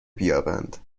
بیابند